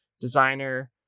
designer